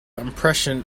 impression